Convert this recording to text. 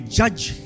judge